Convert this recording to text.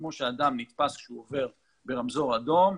כמו שאדם נתפס כשהוא עובר ברמזור אדום,